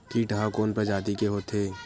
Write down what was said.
कीट ह कोन प्रजाति के होथे?